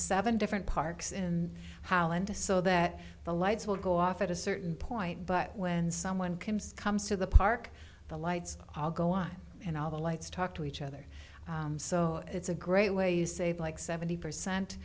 seven different parks in holland is so that the lights will go off at a certain point but when someone comes comes to the park the lights all go on and all the lights talk to each other so it's a great way to save like seventy percent